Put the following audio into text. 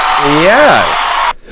Yes